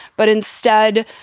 but instead,